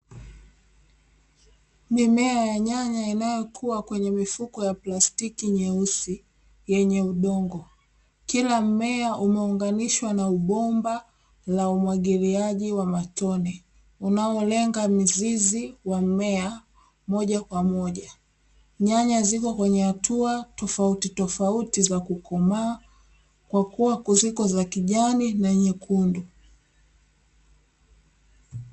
Mimea ya nyanya inayokua kwenye mifuko ya plastiki nyeusi yenye udongo, kila mmea umeunganishwa na bomba la umwagiliaji wa matone unaolenga mzizi wa mmea moja kwa moja, nyanya zipo kwenye hatua tofautitofauti za kukomaa kwa kuwa zipo za kijani na nyekundu.